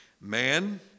man